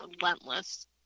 relentless